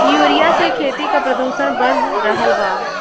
urea से खेती क प्रदूषण बढ़ रहल बा